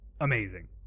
amazing